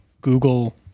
Google